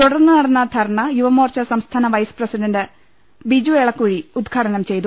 തുടർന്ന് നടന്ന ധർണ യുവ മോർച്ച സംസ്ഥാന വൈസ് പ്രസിഡണ്ട് ബിജു ഏളക്കുഴി ഉദ്ഘാടനം ചെയ്തു